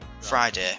Friday